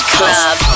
Club